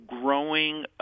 growing